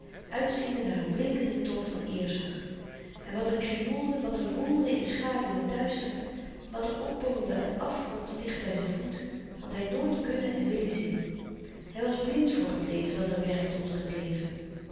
uitziende naar een blinkende top van eerzucht en wat er krioelde wat er woelde in schaduw en duister wat er opborrelde uit afgrond dicht bij zijn voet had hij nooit kunnen en willen zien hij was blind voor het leven dat er werkt onder het leven